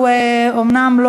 אומנם,